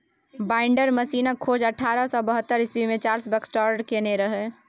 binder मशीनक खोज अठारह सय बहत्तर इस्बी मे चार्ल्स बाक्सटर केने रहय